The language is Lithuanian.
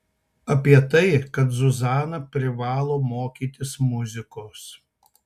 apie tai kad zuzana privalo mokytis muzikos